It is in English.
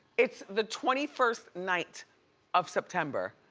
it's the twenty first night of september.